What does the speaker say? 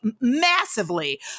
massively